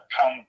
come